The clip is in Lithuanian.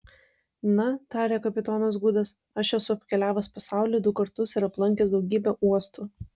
na tarė kapitonas gudas aš esu apkeliavęs pasaulį du kartus ir aplankęs daugybę uostų